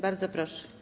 Bardzo proszę.